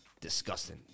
Disgusting